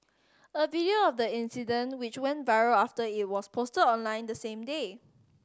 a video of the incident which went viral after it was posted online the same day